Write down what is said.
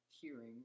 hearing